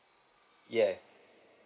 yeah